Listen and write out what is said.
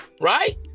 right